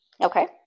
Okay